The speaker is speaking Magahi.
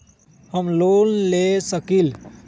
हम लोन ले सकील?